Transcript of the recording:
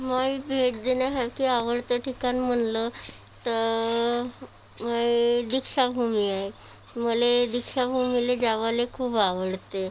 माझं भेट देण्यासाठी आवडतं ठिकाण म्हटलं तर हे दीक्षाभूमी आहे मला दीक्षाभूमीला जायला खूप आवडते